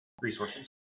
resources